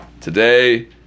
Today